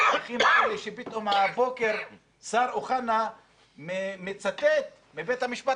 פתאום הבוקר השר אוחנה מצטט מבית המשפט